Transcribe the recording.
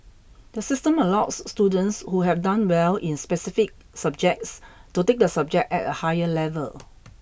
the system allows students who have done well in specific subjects to take the subject at a higher level